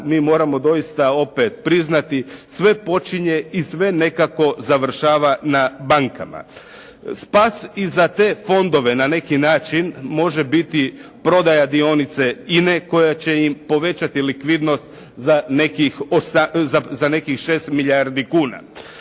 mi moramo doista opet priznati sve počinje i sve nekako završava na bankama. Spas i za te fondove na neki način može biti prodaja dionica INA-e koja će im povećati likvidnost za nekih 6 milijardi kuna.